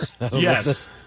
Yes